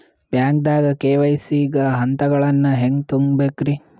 ಬ್ಯಾಂಕ್ದಾಗ ಕೆ.ವೈ.ಸಿ ಗ ಹಂತಗಳನ್ನ ಹೆಂಗ್ ತುಂಬೇಕ್ರಿ?